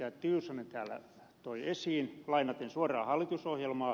tiusanen täällä toi esiin lainaten suoraan hallitusohjelmaa